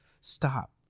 stop